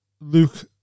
Luke